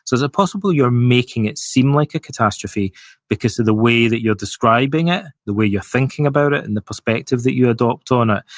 so, is it possible you're making it seem like a catastrophe because of the way that you're describing it, the way you're thinking about it, and the perspective that you adopt on it?